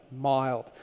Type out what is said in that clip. mild